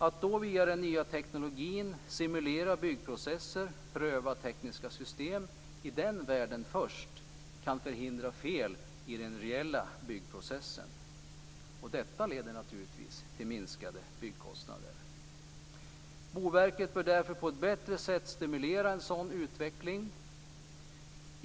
Att då via den nya tekniken simulera byggprocesser och pröva tekniska system i den världen först kan förhindra fel i den reella byggprocessen, och detta leder naturligtvis till minskade byggkostnader. Boverket bör därför på ett bättre sätt stimulera en sådan utveckling.